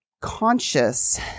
conscious